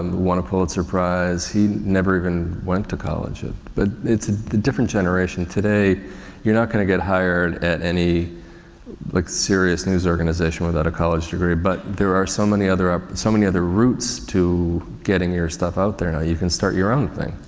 won a pulitzer prize, he never even went to college. but it's a different generation. today you're not going to get hired at any like serious news organization without a college degree but there are so many other, ah so many other routes to getting your stuff out there now. you can start your own thing.